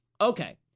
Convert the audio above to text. Okay